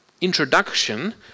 introduction